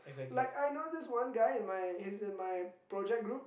like I know this one guy in my he's in my project group